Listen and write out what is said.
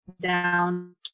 down